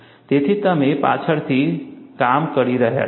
તેથી તમે પાછળની તરફ કામ કરી રહ્યા છો